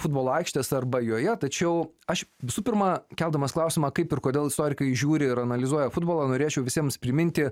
futbolo aikštės arba joje tačiau aš visų pirma keldamas klausimą kaip ir kodėl istorikai žiūri ir analizuoja futbolą norėčiau visiems priminti